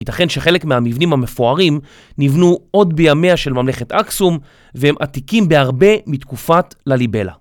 ייתכן שחלק מהמבנים המפוארים נבנו עוד בימיה של ממלכת אקסום והם עתיקים בהרבה מתקופת לליבלה.